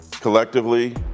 collectively